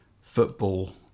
football